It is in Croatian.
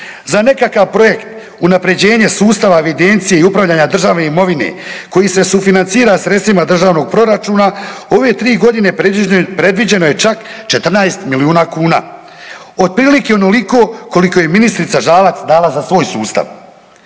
Za nekakav projekt unaprjeđenje sustava evidencije i upravljanja državne imovine koji se sufinancira sredstvima državnog proračuna u ove 3.g. predviđeno je čak 14 milijuna kuna, otprilike onoliko koliko je i ministrica Žalac dala za svoj sustav.